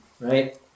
right